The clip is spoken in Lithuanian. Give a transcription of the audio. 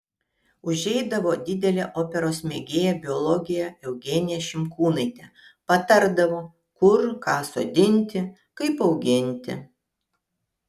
užeidavo didelė operos mėgėja biologė eugenija šimkūnaitė patardavo kur ką sodinti kaip auginti